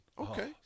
Okay